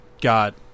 got